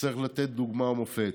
צריך לתת דוגמה ומופת,